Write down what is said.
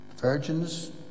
Virgins